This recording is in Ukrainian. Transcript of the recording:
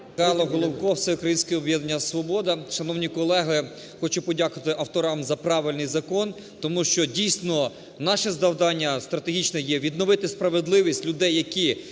Михайло Головко, Всеукраїнське об'єднання "Свобода". Шановні колеги, хочу подякувати авторам за правильний закон, тому що, дійсно, наше завдання стратегічне є відновити справедливість людей, які